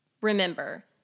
Remember